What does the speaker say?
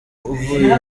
uvuye